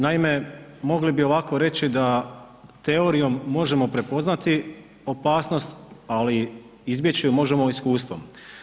Naime, mogli bi ovako reći da teorijom možemo prepoznati opasnost, ali izbjeći ju možemo iskustvom.